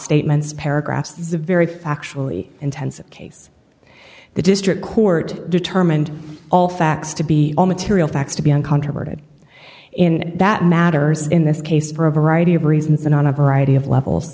statements paragraphs the very factually intensive case the district court determined all facts to be all material facts to be uncontroverted in that matters in this case for a variety of reasons and on a variety of